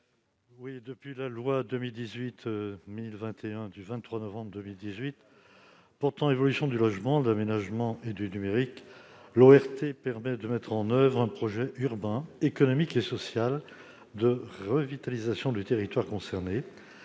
. Depuis la loi n° 2018-1021 du 23 novembre 2018 portant évolution du logement, de l'aménagement et du numérique (ÉLAN), les ORT permettent de mettre en oeuvre un projet urbain, économique et social de revitalisation du territoire concerné,